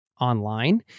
online